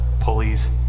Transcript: pulleys